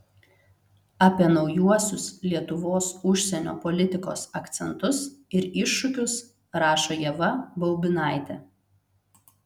apie naujuosius lietuvos užsienio politikos akcentus ir iššūkius rašo ieva baubinaitė